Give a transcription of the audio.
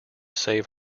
save